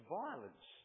violence